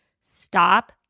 stop